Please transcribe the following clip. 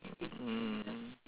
mm